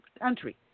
country